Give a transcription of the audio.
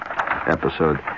episode